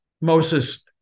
Moses